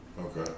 Okay